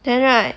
then right